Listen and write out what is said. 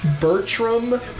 Bertram